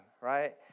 Right